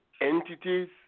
entities